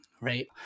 right